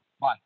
Bye